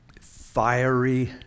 fiery